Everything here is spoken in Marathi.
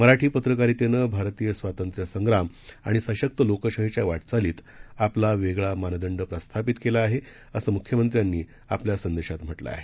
मराठीपत्रकारितेनेभारतीयस्वातंत्र्यसंग्रामआणिसशक्तलोकशाहीच्यावाटचालीतआपलावेगळामानदंडप्रस्थापितकेलाआहे असंमुख्यमंत्र्यांनीआपल्यासंदेशातम्हटलंआहे